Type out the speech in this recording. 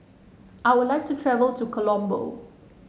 I would like to travel to Colombo